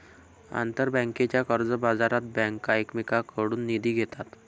आंतरबँकेच्या कर्जबाजारात बँका एकमेकांकडून निधी घेतात